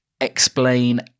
explain